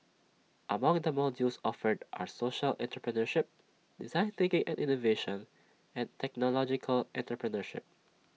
among the modules offered are social entrepreneurship design thinking and innovation and technological entrepreneurship